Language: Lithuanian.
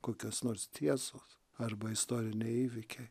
kokios nors tiesos arba istoriniai įvykiai